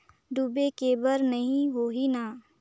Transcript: डूबे के बर नहीं होही न?